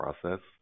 process